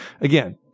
again